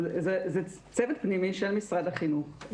אבל זה צוות פנימי של משרד החינוך.